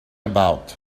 about